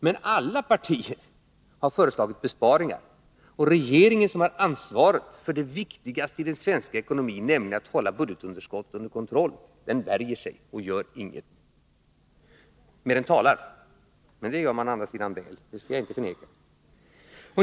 Men alla partier har föreslagit besparingar, och regeringen, som har ansvaret för det viktigaste i den svenska ekonomin, nämligen att hålla budgetunderskottet under kontroll, värjer sig och gör ingenting — mer än talar. Men det gör man å andra sidan desto bättre; det kan jag inte förneka.